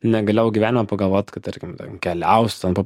negalėjau gyvenime pagalvot kad tarkim ten keliausiu ten po